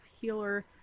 healer